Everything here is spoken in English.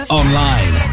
online